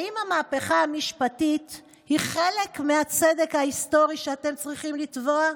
האם המהפכה המשפטית היא חלק מהצדק ההיסטורי שאתם צריכים לתבוע,